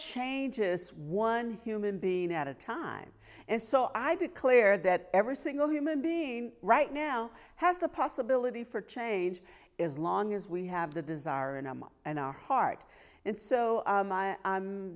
changes one human being at a time and so i declare that every single human being right now has the possibility for change as long as we have the desire in amman and our heart and so